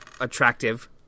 attractive